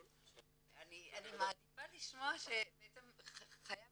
אני מעדיפה לשמוע שבעצם חייב